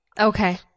Okay